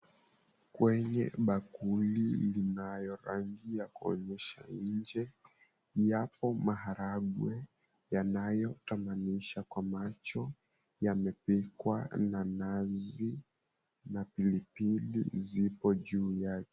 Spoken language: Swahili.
Kwenye bakuli linayo rangi ya kuonyesha nje, yapo maharagwe yanayotamanisha kwa macho, yamepikwa na mnazi na pilipili zipo juu yake.